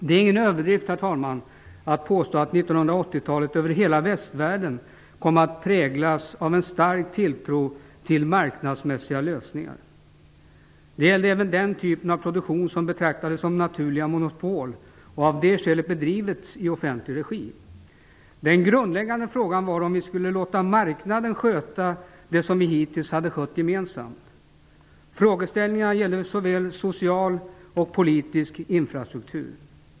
Det är ingen överdrift att 1980-talet kom att präglas över hela västvärlden av en stark tilltro till marknadsmässiga lösningar. Det gällde även den typen av produktion som betraktades som naturliga monopol och av det skälet bedrevs i offentlig regi. Den grundläggande frågan var om vi skulle låta marknaden sköta det som vi hittills skött gemensamt. Frågeställningarna gällde såväl social som politisk infrastruktur.